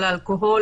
לאלכוהול,